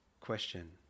question